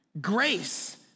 grace